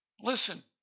Listen